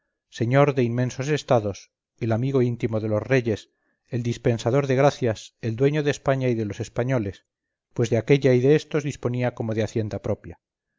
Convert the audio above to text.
señor de inmensos estados el amigo íntimo de los reyes el dispensador de gracias el dueño de españa y de los españoles pues de aquella y de estos disponía como de hacienda propia